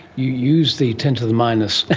you use the ten to the minus,